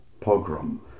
pogrom